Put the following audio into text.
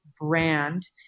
brand